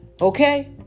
Okay